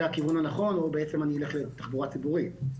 הכיוון הנכון או בעצם אני אלך לתחבורה ציבורית,